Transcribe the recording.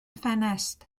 ffenest